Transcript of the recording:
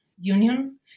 Union